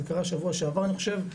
זה קרה שבוע שעבר אני חושב,